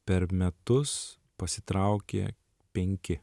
per metus pasitraukė penki